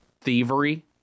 thievery